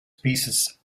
pieces